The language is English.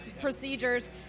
procedures